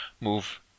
move